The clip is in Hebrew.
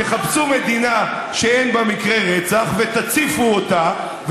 תחפשו מדינה שאין בה מקרי רצח ותציפו אותה,